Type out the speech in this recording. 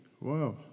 wow